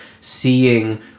seeing